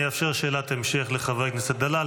אני אאפשר שאלת המשך לחבר הכנסת דלל.